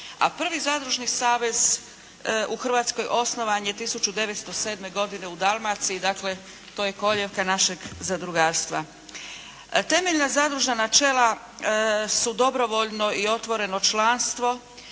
a prvi Zadružni savez u Hrvatskoj osnovan je 1907. godine u Dalmaciji. Dakle, to je kolijevka našeg zadrugarstva. Temeljna zadružna načela su dobrovoljno i otvoreno članstvo,